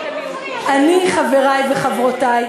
יותר מזה, אני, חברי וחברותי,